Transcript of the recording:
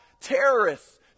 terrorists